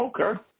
Okay